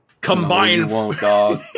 Combine